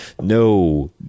No